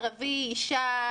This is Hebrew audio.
ערבי או אישה?